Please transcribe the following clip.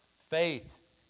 Faith